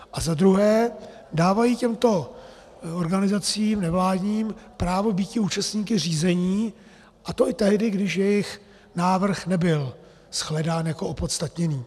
A za druhé dávají těmto organizacím nevládním právo býti účastníky řízení, a to i tehdy, když jejich návrh nebyl shledán jako opodstatněný.